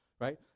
right